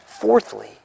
Fourthly